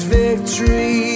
victory